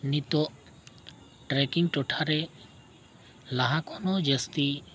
ᱱᱤᱛᱳᱜ ᱴᱚᱴᱷᱟᱨᱮ ᱞᱟᱦᱟ ᱠᱷᱚᱱ ᱦᱚᱸ ᱡᱟᱹᱥᱛᱤ